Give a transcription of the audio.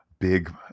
Big